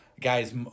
guys